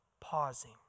pausing